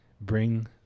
bring